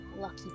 lucky